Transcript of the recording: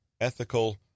ethical